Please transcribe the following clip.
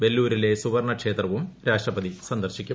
വെല്ലൂരിലെ സുവർണ്ണ ക്ഷേത്രവും രാഷ്ട്രപതി സന്ദർശിക്കും